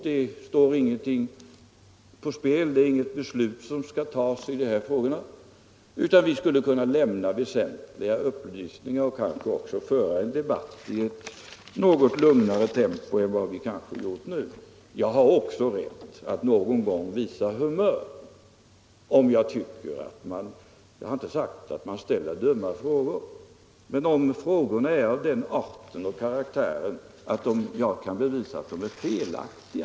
Det står inget på spel, eftersom det inte skall fattas något beslut i dessa frågor. Om vi väntar litet till fram i vår skulle det då kanske kunna lämnas väsentliga upplysningar och vi skulle kanske också då kunna föra en debatt i något lugnare tempo än den vi nu fört. Jag har också rätt att någon gång visa humör, om jag tycker att man ställer, jag har inte sagt dumma frågor, men frågor som är av den karaktären att jag kan bevisa att de är felaktiga.